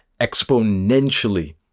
exponentially